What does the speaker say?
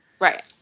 right